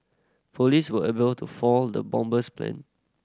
police were able to foil the bomber's plan